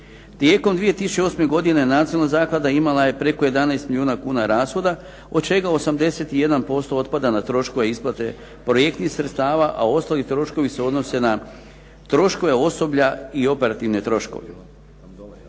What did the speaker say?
Tijekom 2008. godine nacionalna zaklada imala je preko 11 milijuna kuna rashoda od čega 81% otpada na troškove isplate projektnih sredstava, a ostali troškovi se odnose na troškove osoblja i operativne troškove.